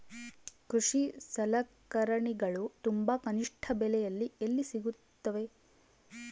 ಕೃಷಿ ಸಲಕರಣಿಗಳು ತುಂಬಾ ಕನಿಷ್ಠ ಬೆಲೆಯಲ್ಲಿ ಎಲ್ಲಿ ಸಿಗುತ್ತವೆ?